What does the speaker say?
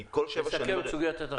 תסכם את סוגיית התחבורה.